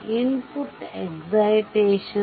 input excitation